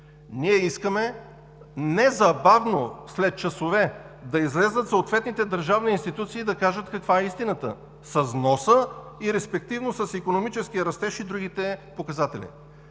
Ние искаме незабавно, след часове, да излязат съответните държавни институции и да кажат каква е истината с вноса и респективно с икономическия растеж и другите показатели.